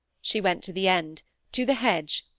she went to the end to the hedge,